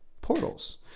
portals